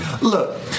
Look